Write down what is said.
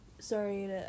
Sorry